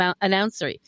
announcer